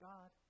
God